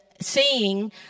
seeing